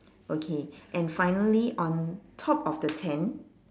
okay and finally on top of the tent